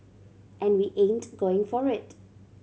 and we ain't going for it